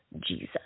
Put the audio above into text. jesus